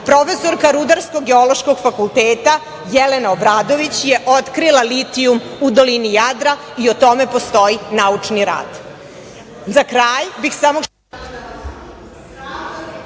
profesorka Rudarsko-geološkog fakulteta Jelena Obradović je otkrila litijum u dolini Jadra i o tome postoji naučni rad.Za